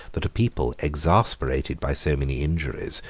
that a people exasperated by so many injuries,